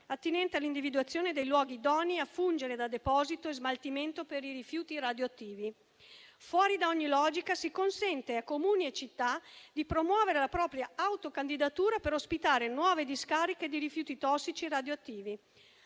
attinente all'individuazione dei luoghi idonei a fungere da deposito e smaltimento per i rifiuti radioattivi. Fuori da ogni logica, si consente a Comuni e città di promuovere la propria autocandidatura per ospitare nuove discariche di rifiuti tossici e radioattivi.